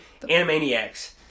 animaniacs